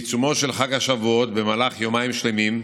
בעיצומו של חג השבועות, במהלך יומיים שלמים,